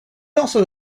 also